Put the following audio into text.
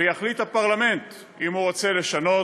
ויחליט הפרלמנט אם הוא רוצה לשנות,